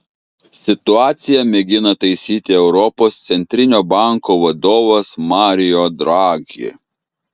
situaciją mėgina taisyti europos centrinio banko vadovas mario draghi